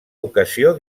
ocasió